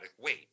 weight